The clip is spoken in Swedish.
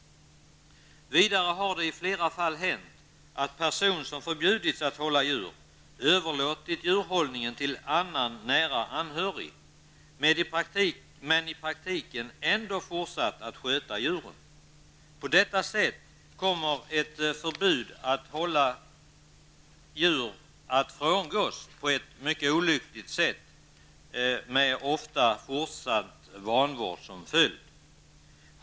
Vidare har det i flera fall hänt att person som förbjudits att hålla djur överlåtit djurhållningen till annan, nära anhörig, men i praktiken ändå fortsatt att sköta djuren. På detta sätt kommer ett förbud mot att hålla djur att frångås på ett mycket olyckligt sätt, med ofta fortsatt vanvård som följd.